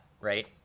Right